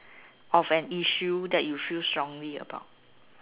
of an issue that you feel strongly about